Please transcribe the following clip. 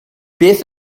beth